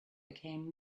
became